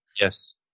Yes